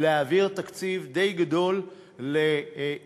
הזכות להעביר תקציב די גדול לעיוורים,